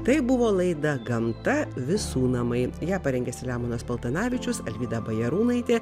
tai buvo laida gamta visų namai ją parengė selemonas paltanavičius alvyda bajarūnaitė